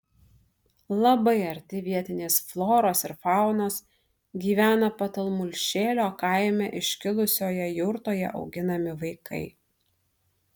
labai arti vietinės floros ir faunos gyvena patamulšėlio kaime iškilusioje jurtoje auginami vaikai